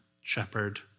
shepherd